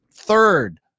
third